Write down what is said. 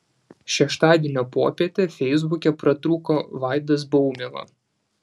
šeštadienio popietę feisbuke pratrūko vaidas baumila